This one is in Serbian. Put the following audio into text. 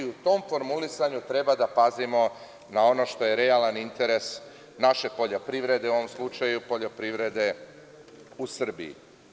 U tom formulisanju treba da pazimo na ono što je realan interes naše poljoprivrede, u ovom slučaju poljoprivrede u Srbiji.